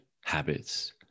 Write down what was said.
habits